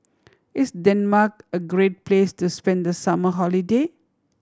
is Denmark a great place to spend the summer holiday